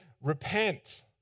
repent